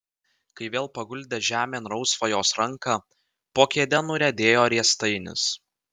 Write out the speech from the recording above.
kai vėl paguldė žemėn rausvą jos ranką po kėde nuriedėjo riestainis